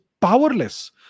powerless